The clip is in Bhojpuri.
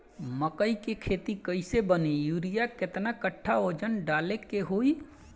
मकई के खेती कैले बनी यूरिया केतना कट्ठावजन डाले के होई?